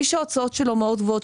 מי שההוצאות שלו מאוד גבוהות,